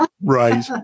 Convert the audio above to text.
right